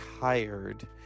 tired